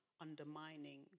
undermining